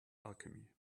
alchemy